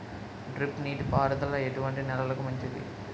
Drip నీటి పారుదల ఎటువంటి నెలలకు మంచిది?